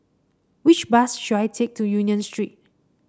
which bus should I take to Union Street